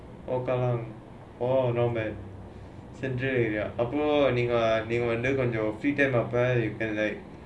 oh kallang oh no man central area அப்பே நீங்க வந்தே:appe ninga vanthae free time அப்பே:appe you can like